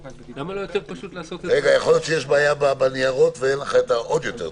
יכול להיות שיש בעיה בניירות ואין לך את העוד יותר טוב.